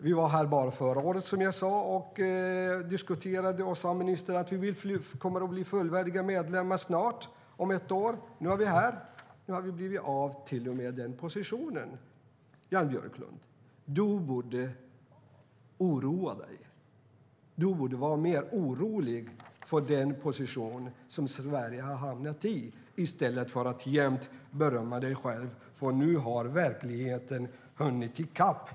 När vi diskuterade detta förra året sade ministern att vi skulle bli fullvärdiga medlemmar inom ett år. I stället har vi till och med blivit av med den position vi hade. Jan Björklund! Du borde oroa dig. I stället för att jämt berömma dig själv borde du vara mer orolig över den position som Sverige har hamnat i. Nu har verkligheten hunnit i kapp er.